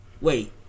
wait